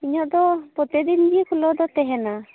ᱤᱧᱟᱹᱜ ᱫᱚ ᱯᱚᱛᱤ ᱫᱤᱱ ᱜᱮ ᱠᱷᱩᱞᱟᱹᱣ ᱫᱚ ᱛᱟᱦᱮᱱᱟ